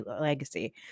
legacy